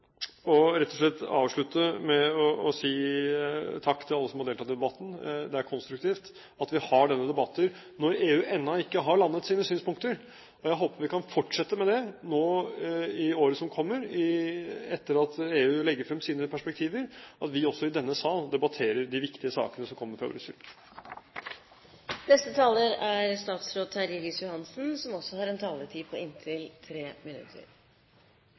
til rett og slett å avslutte med å si takk til alle som har deltatt i debatten. Det er konstruktivt at vi har denne debatten når EU ennå ikke har landet sine synspunkter. Jeg håper vi kan fortsette med det i året som kommer, etter at EU legger frem sine perspektiver, at vi også i denne sal debatterer de viktige sakene som kommer fra Brussel. Hadde jeg forstått at det var spørsmål om Lofoten og Vesterålen som representanten Astrup tok opp i sitt forrige spørsmål, skulle jeg selvsagt svart på